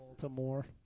Baltimore